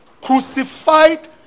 crucified